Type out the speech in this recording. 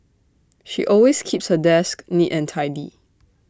she always keeps her desk neat and tidy